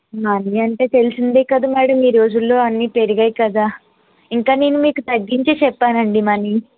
money అంటే తెలిసిందే కదా మ్యాడం ఈ రోజులలో అన్ని పెరిగాయి కదా ఇంక నేను మీకు తగ్గించే చెప్పాను అండి మనీ